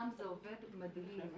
זה עובד מדהים.